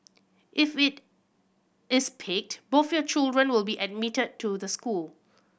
if it is picked both your children will be admitted to the school